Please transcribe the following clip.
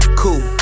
cool